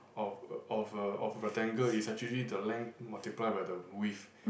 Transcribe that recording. of of a of a rectangle is actually the length multiply by the width